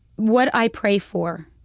what i pray for,